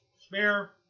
Spare